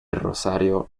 rosario